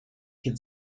could